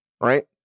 Right